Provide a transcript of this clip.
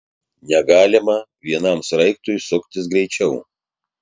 negalima vienam sraigtui suktis greičiau